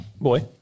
Boy